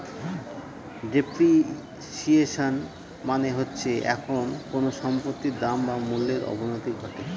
depreciation মানে হচ্ছে যখন কোনো সম্পত্তির দাম বা মূল্যর অবনতি ঘটে